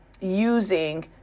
using